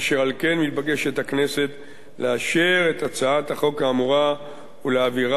אשר על כן מתבקשת הכנסת לאשר את הצעת החוק האמורה ולהעבירה